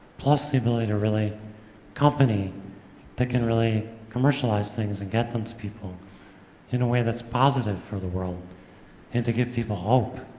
plus the ability to really a company that can really commercialize things and get them to people in a way that's positive for the world and to give people hope.